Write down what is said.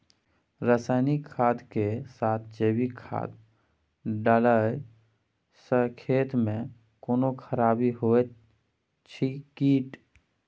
रसायनिक खाद के साथ जैविक खाद डालला सॅ खेत मे कोनो खराबी होयत अछि कीट?